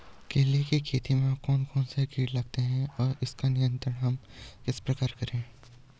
केले की खेती में कौन कौन से कीट लगते हैं और उसका नियंत्रण हम किस प्रकार करें?